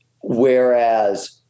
whereas